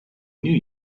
knew